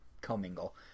co-mingle